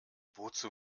wozu